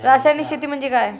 रासायनिक शेती म्हणजे काय?